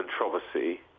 controversy